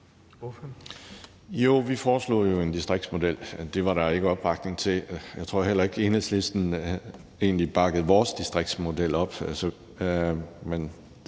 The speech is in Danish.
Jo, vi foreslog jo en distriktsmodel, men det var der ikke opbakning til. Jeg tror heller ikke, at Enhedslisten egentlig bakkede vores distriktsmodel op,